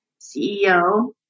ceo